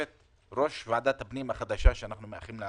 ליושבת-ראש ועדת הפנים החדשה, שאנחנו מאחלים לה